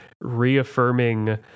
reaffirming